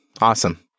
awesome